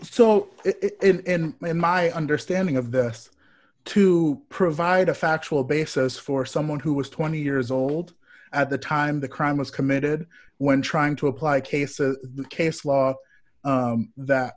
so it in my understanding of the us to provide a factual basis for someone who was twenty years old at the time the crime was committed when trying to apply case of the case law that